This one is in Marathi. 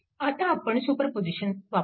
आता आपण सुपरपोजिशन वापरू